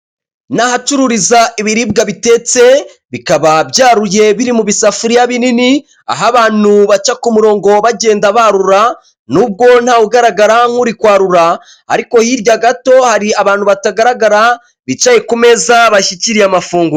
Ni ahacururiza ibiribwa bitetse, bikaba byaruye biri mu bisafuriya binini, aho abantu baca ku murongo bagenda barura, nubwo ntawe ugaragara nk'uri kwarura ariko hirya gato hari abantu batagaragara, bicaye ku meza bashyikiriye amafunguro.